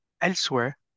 elsewhere